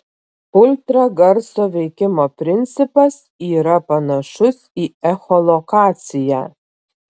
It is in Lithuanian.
ultragarso veikimo principas yra panašus į echolokaciją